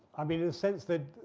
i mean in a sense that